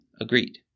agreed